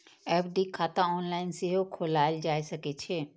FD खाता online सेहो खोलाएल जा सकै छै